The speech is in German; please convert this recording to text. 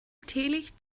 teelicht